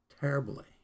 terribly